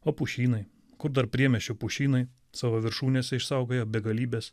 o pušynai kur dar priemiesčio pušynai savo viršūnėse išsaugoję begalybės